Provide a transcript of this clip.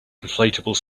inflatable